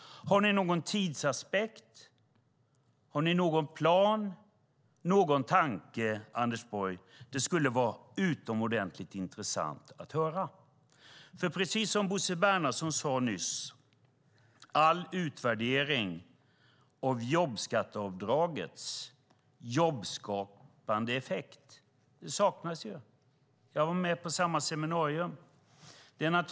Har ni någon tidsaspekt, Anders Borg? Det skulle vara utomordentligt intressant att höra. Precis som Bosse Bernhardsson sade nyss saknas all utvärdering av jobbskatteavdragets jobbskapande effekt. Jag var med på samma seminarium.